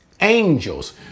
angels